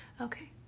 Okay